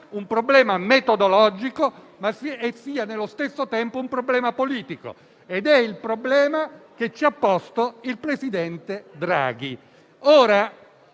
un problema metodologico e nello stesso tempo politico, ed è il problema che ci ha posto il presidente Draghi.